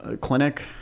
clinic